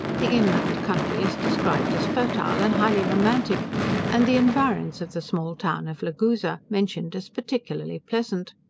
the inland country is described as fertile, and highly romantic and the environs of the small town of laguza mentioned as particularly pleasant.